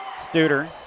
Studer